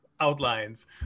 outlines